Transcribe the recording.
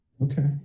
Okay